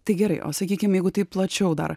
tai gerai o sakykim jeigu taip plačiau dar